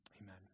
Amen